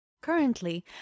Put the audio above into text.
Currently